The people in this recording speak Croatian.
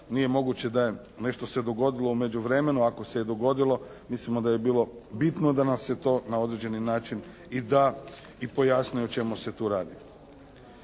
nije moguće da je nešto se dogodilo u međuvremenu. Ako se i dogodilo, mislimo da bi bilo bitno da nam se to na određeni način i da i pojasni o čemu se tu radi.